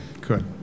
Good